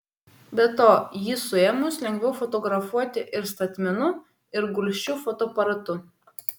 be to jį suėmus lengviau fotografuoti ir statmenu ir gulsčiu fotoaparatu